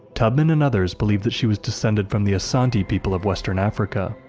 tubman and others believed that she was descended from the asante people of western africa.